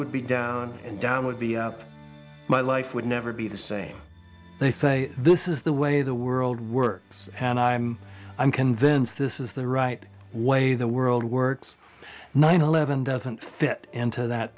would be down and down would be my life would never be the same they think this is the way the world works and i'm i'm convinced this is the right way the world works nine eleven doesn't fit into that